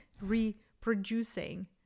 reproducing